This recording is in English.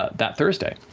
that thursday.